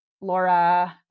Laura